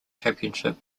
championship